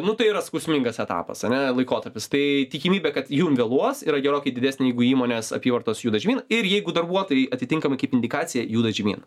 nu tai yra skausmingas etapas ane laikotarpis tai tikimybė kad jum vėluos yra gerokai didesnė jeigu įmonės apyvartos juda žemyn ir jeigu darbuotojui atitinkama indikacija juda žemyn